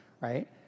right